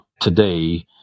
today